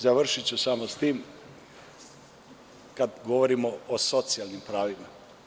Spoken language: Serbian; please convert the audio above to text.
Završiću samo s tim kad govorimo o socijalnim pravima.